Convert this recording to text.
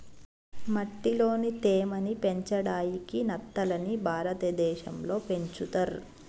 మట్టిలోని తేమ ని పెంచడాయికి నత్తలని భారతదేశం లో పెంచుతర్